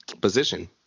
position